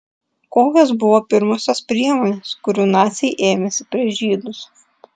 kokios buvo pirmosios priemonės kurių naciai ėmėsi prieš žydus